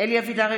אלי אבידר,